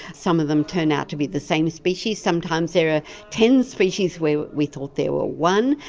some of them turn out to be the same species, sometimes there are ten species where we thought there were one.